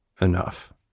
enough